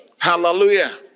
Hallelujah